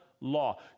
law